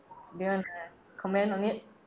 do you wannna comment on it